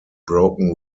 broken